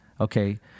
okay